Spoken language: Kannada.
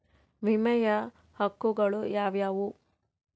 ವಿಮೆಯ ಹಕ್ಕುಗಳು ಯಾವ್ಯಾವು?